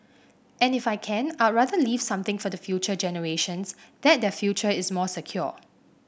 and if I can I'd rather leave something for the future generations that their future is more secure